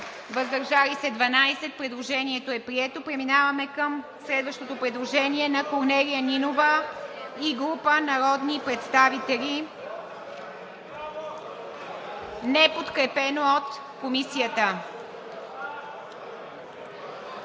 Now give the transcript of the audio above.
(Ръкопляскания.) Предложението е прието. Преминаваме към следващото предложение – на Корнелия Нинова и група народни представители, неподкрепено от Комисията.